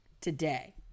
today